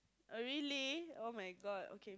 err really oh-my-God